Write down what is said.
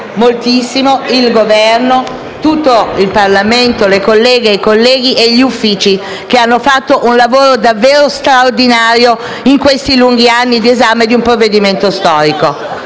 moltissimo il Governo, tutto il Parlamento, le colleghe, i colleghi e gli Uffici che hanno fatto un lavoro davvero straordinario in questi lunghi anni di esame di un provvedimento storico.